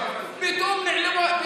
פתאום אין מצלמות.